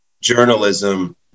journalism